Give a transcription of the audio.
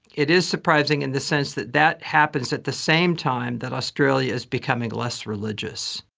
it is surprising in the sense that that happens at the same time that australia is becoming less religious.